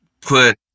put